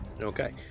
Okay